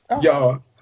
Y'all